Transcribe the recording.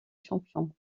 champions